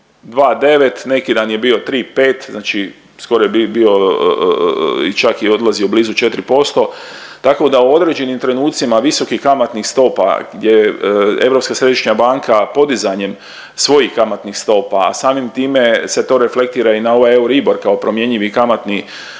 2,9 neki dan je bio 3,5 znači skoro je bio i čak je odlazio blizu 4% tako da u određenim trenucima visokih kamatnih stopa gdje Europska središnja banka podizanjem svojih kamatnih stopa, a samim time se to reflektira i na ovaj Euribor kao promjenjivi kamatni dio